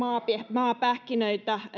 maapähkinöitä